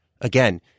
again